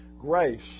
grace